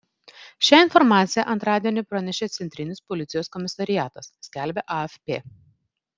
šią informaciją antradienį pranešė centrinis policijos komisariatas skelbia afp